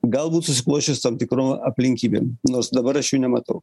galbūt susiklosčius tam tikrom aplinkybėm nors dabar aš jų nematau